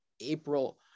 April